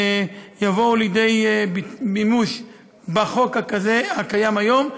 יבואו לידי מימוש בחוק הקיים היום,